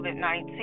COVID-19